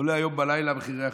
עולה היום בלילה מחיר החשמל.